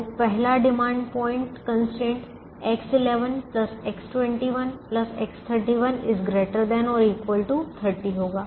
तो पहला demand point constraint X11 X21 X31 ≥ 30 होगा